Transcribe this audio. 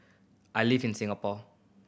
I live in Singapore